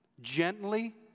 gently